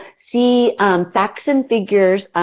see facts and figures,